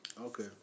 Okay